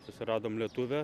susiradom lietuvę